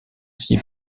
aussi